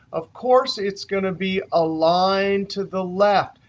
of course it's going to be aligned to the left,